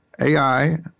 AI